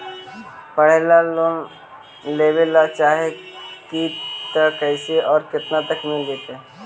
पढ़े ल लोन लेबे ल चाह ही त कैसे औ केतना तक मिल जितै?